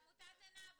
עמותת 'ענב',